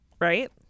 Right